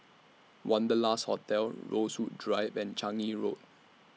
Wanderlust Hotel Rosewood Drive and Changi Road